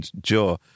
jaw